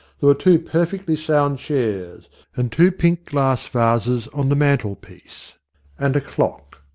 there were two perfectly sound chairs and two pink glass vases on the mantel-piece and a clock.